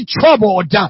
troubled